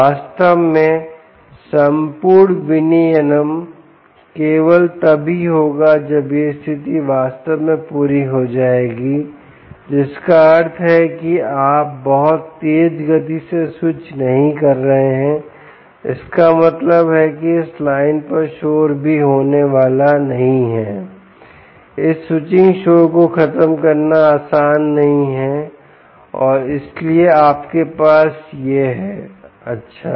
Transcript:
वास्तव में संपूर्ण विनियमन केवल तभी होगा जब यह स्थिति वास्तव में पूरी हो जाएगी जिसका अर्थ है कि आप बहुत तेज गति से स्विच नहीं कर रहे हैं इसका मतलब है कि इस लाइन पर शोर भी होने वाला नहीं है इस स्विचिंग शोर को खत्म करना आसान नहीं है और इसलिए आपके पास यह है अच्छा